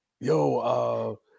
Yo